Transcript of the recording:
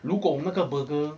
如果那个 burger